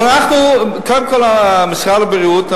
אבל משרד הבריאות,